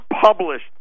published